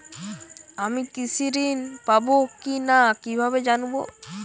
আমি কৃষি ঋণ পাবো কি না কিভাবে জানবো?